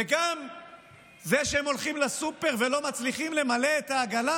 וגם זה שהם הולכים לסופר ולא מצליחים למלא את העגלה,